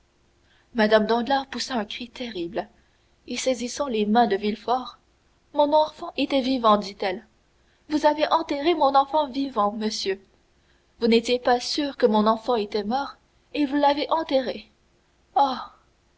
mme danglars poussa un cri terrible et saisissant les mains de villefort mon enfant était vivant dit-elle vous avez enterré mon enfant vivant monsieur vous n'étiez pas sûr que mon enfant était mort et vous l'avez enterré